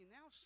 Now